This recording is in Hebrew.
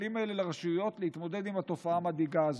הכלים האלה לרשויות כדי להתמודד עם התופעה המדאיגה הזו.